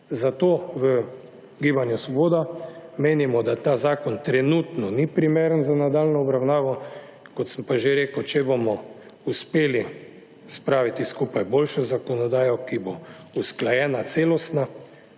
Zato v Gibanju Svoboda menimo, da ta zakon trenutno ni primeren za nadaljnjo obravnavo, kot sem pa že rekel, če bomo uspeli spraviti skupaj boljšo zakonodajo, ki bo usklajena celotno,